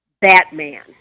Batman